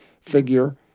figure